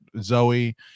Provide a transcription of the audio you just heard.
Zoe